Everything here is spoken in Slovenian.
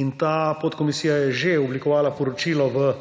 In ta podkomisija je že oblikovala poročilo v